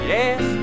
Yes